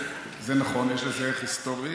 זה נכון, יש לזה ערך היסטורי,